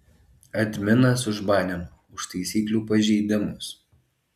adminas užbanino už taisyklių pažeidimus